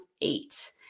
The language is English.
eight